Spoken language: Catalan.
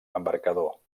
embarcador